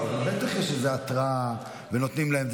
אבל בטח יש איזו התראה ונותנים להם.